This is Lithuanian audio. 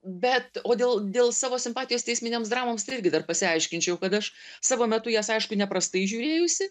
bet o dėl dėl savo simpatijos teisminėms dramoms irgi dar pasiaiškinčiau kad aš savo metu jas aišku neprastai žiūrėjusi